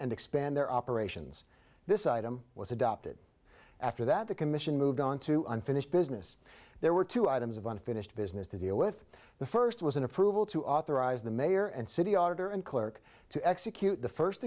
and expand their operations this item was adopted after that the commission moved on to unfinished business there were two items of unfinished business to deal with the first was an approval to authorize the mayor and city auditor and clerk to execute the first